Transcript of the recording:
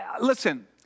listen